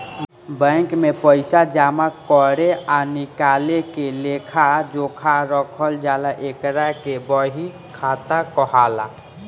bank में पइसा जामा करे आ निकाले के लेखा जोखा रखल जाला एकरा के बही खाता कहाला